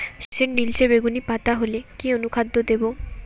সরর্ষের নিলচে বেগুনি পাতা হলে কি অনুখাদ্য দেবো?